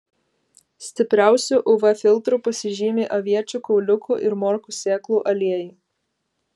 stipriausiu uv filtru pasižymi aviečių kauliukų ir morkų sėklų aliejai